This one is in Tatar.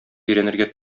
өйрәнергә